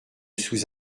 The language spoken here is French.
sous